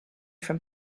from